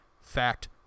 Fact